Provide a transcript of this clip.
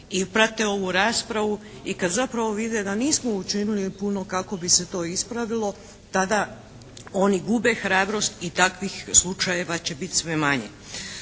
i prate ovu raspravu. I kad zapravo vide da nismo učinili puno kako bi se to ispravilo tada oni gube hrabrost i takvih slučajeva će biti sve manje.